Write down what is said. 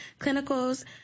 clinicals